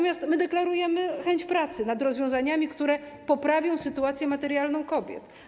My deklarujemy chęć pracy nad rozwiązaniami, które poprawią sytuację materialną kobiet.